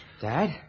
Dad